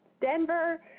Denver